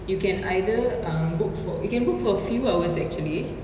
you can either um book for you can book for a few hours actually